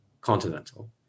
continental